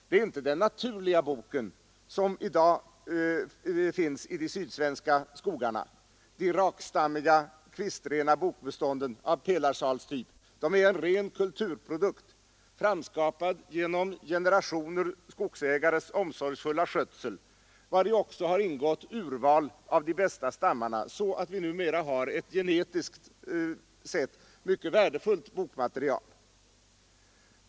Det är inte den naturliga boken, som vi i dag finner i de sydsvenska skogarna — de rakstammiga kvistrena bokbestånden av pelarsalstyp är en ren kulturprodukt, framskapad genom generationer skogsägares omsorgsfulla skötsel, vari också ingår urval av de bästa stammarna, så att vi numera har ett genetiskt sett mycket värdefullt bokmaterial.